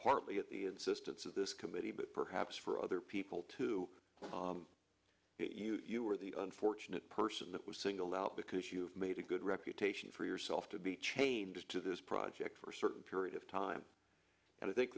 partly at the insistence of this committee but perhaps for other people too you are the unfortunate person that was singled out because you've made a good reputation for yourself to be changes to this project for a certain period of time and i think